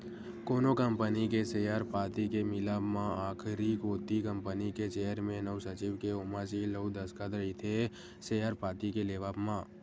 कोनो कंपनी के सेयर पाती के मिलब म आखरी कोती कंपनी के चेयरमेन अउ सचिव के ओमा सील अउ दस्कत रहिथे सेयर पाती के लेवब म